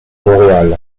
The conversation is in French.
montréal